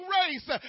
race